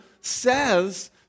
says